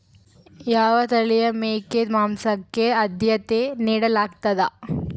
ಯಾವ ತಳಿಯ ಮೇಕೆ ಮಾಂಸಕ್ಕೆ, ಆದ್ಯತೆ ನೇಡಲಾಗ್ತದ?